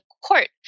court